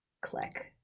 click